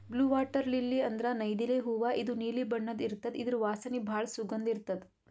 blue water lily ಅಂದ್ರ ನೈದಿಲೆ ಹೂವಾ ಇದು ನೀಲಿ ಬಣ್ಣದ್ ಇರ್ತದ್ ಇದ್ರ್ ವಾಸನಿ ಭಾಳ್ ಸುಗಂಧ್ ಇರ್ತದ್